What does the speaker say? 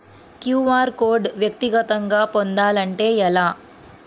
QR code వ్యక్తిగతంగా పొందాలంటే ఎలా?